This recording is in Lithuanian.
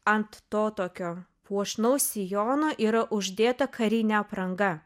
ant to tokio puošnaus sijono yra uždėta karinė apranga